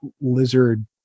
lizard